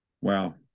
wow